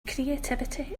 creativity